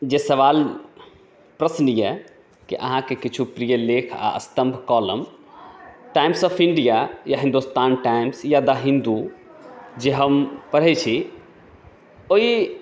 जे सवाल प्रश्न ई अछि कि अहाँके किछु प्रिय लेख आ स्तम्भ कौलम टाइम्स ऑफ इण्डिया या हिन्दुस्तान टाइम्स या द हिन्दू जे हम पढ़ै छी ओहि